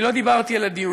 אני לא דיברתי על הדיון.